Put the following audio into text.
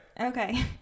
Okay